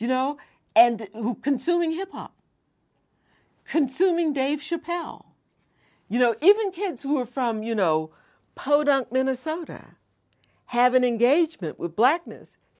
you know and who consuming hip hop consuming dave chapelle you know even kids who are from you know potent minnesota have an engagement with blackness